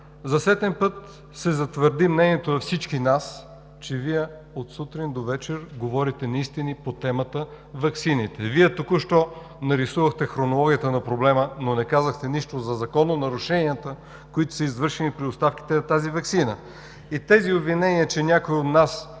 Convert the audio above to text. За сетен път се затвърди мнението у всички нас, че Вие от сутрин до вечер говорите неистини по темата „ваксините”. Вие току-що нарисувахте хронологията на проблема, но не казахте нищо за закононарушенията, които са извършени при доставките на тази ваксина. Обвиненията Ви, че някои от нас